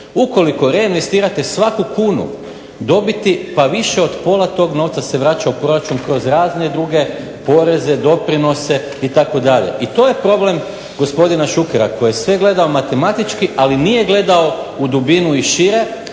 Ukoliko reinvestirate svaku kunu dobiti pa više od pola tog novca se vraća u proračun kroz razne druge poreze, doprinose itd. I to je problem gospodina Šukera koji je sve gledao matematički ali nije gledao u dubinu i šire.